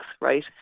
right